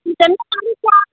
कितना कम क्या